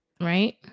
Right